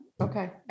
Okay